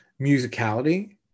musicality